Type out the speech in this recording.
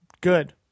Good